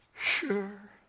Sure